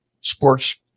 sports